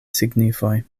signifoj